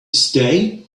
stay